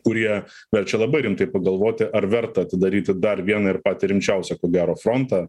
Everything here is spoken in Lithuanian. kurie verčia labai rimtai pagalvoti ar verta atidaryti dar vieną ir patį rimčiausią ko gero frontą